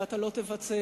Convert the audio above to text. ואתה לא תבצע,